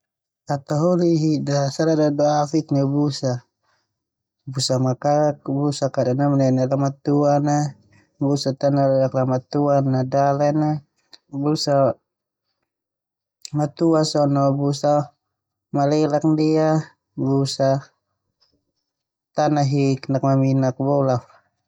Hataholi hida sala duduafik neu busa, busa makaak, busa kada namanene lamatuan na, busa ta nalellak lamatuan na dalen na, busa matua so na busa malelak, busa ta nahik nakaminak bola.